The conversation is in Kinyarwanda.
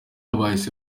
bahise